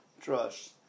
trust